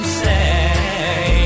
say